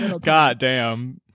goddamn